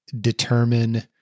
determine